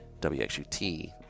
WXUT